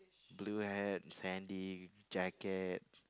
blue hat sandy jacket